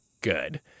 good